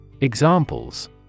Examples